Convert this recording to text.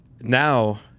now